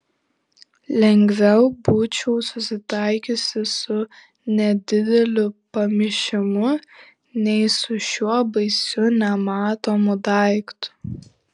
lengviau būčiau susitaikiusi su nedideliu pamišimu nei su šiuo baisiu nematomu daiktu